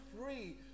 free